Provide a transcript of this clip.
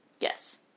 Yes